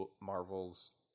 Marvel's